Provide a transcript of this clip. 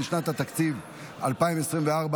בעד, 52, נגד,